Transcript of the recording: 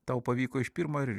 tau pavyko iš pirmo